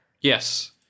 Yes